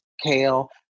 kale